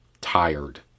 tired